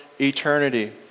eternity